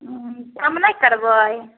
हूँ कम नहि करबै